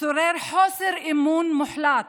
שורר חוסר אמון מוחלט,